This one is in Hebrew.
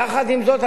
יחד עם זאת,